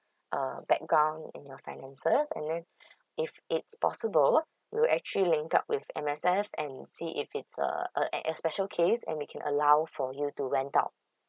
um background and your finances and then if it's possible we will actually link up with M_S_F and see if it's uh uh an a special case and we can allow for you to rent out